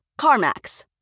CarMax